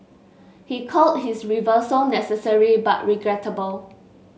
he called his reversal necessary but regrettable